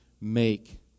make